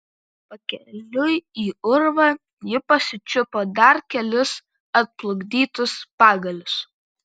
pakeliui į urvą ji pasičiupo dar kelis atplukdytus pagalius